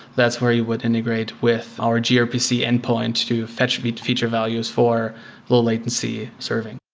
that's where you would integrate with our grpc endpoint to fetch feature feature values for low latency serving.